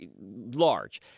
large